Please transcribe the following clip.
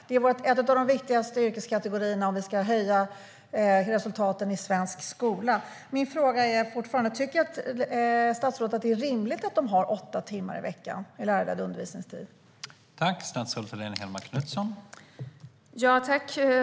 Det är en av de viktigaste yrkeskategorierna om vi ska höja resultaten i svensk skola, och min fråga är fortfarande om statsrådet tycker att det är rimligt att de har åtta timmar lärarledd undervisningstid i veckan.